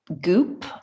Goop